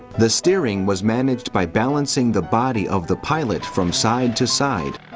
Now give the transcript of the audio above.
the steering was managed by balancing the body of the pilot from side to side.